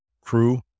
crew